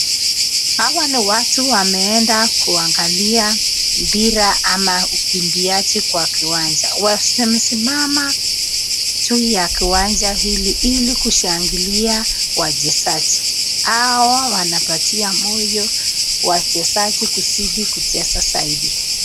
Hawa ni watu wameenda kauangalia mpira ama wakimbiaji kwa uwanja wamesimama juu ya kiwanja hili ili kushangilia wachezaji. Hawa wanapatia moyo wachezaji kuzidi kucheza zaidi.